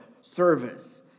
service